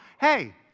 hey